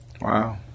Wow